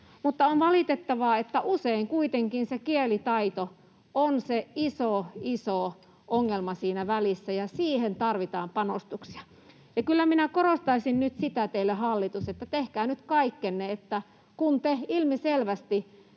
Mutta on valitettavaa, että usein kuitenkin se kielitaito on se iso, iso ongelma siinä välissä, ja siihen tarvitaan panostuksia. Kyllä minä korostaisin sitä nyt teille, hallitus, että tehkää nyt kaikkenne, kun te ilmiselvästi